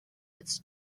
its